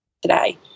today